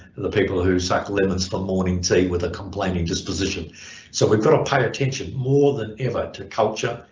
the people who suck lemons for morning tea with a complaining disposition so we've got to pay attention more than ever to culture,